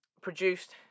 produced